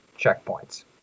checkpoints